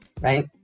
right